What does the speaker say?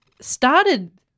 started